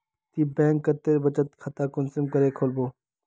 ती बैंक कतेक बचत खाता कुंसम करे खोलबो?